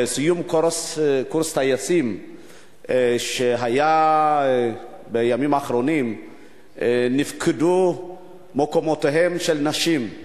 בסיום קורס טייסים שהיה בימים האחרונים נפקדו מקומותיהן של נשים.